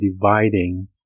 dividing